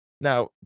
Now